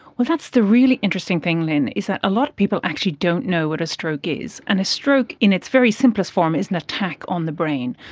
well, that's the really interesting thing, lynne, is that a lot of people actually don't know what a stroke is. and a stroke in its very simplest form is an attack on the brain.